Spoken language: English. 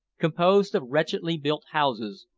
composed of wretchedly built houses,